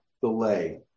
delay